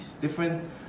different